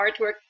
artwork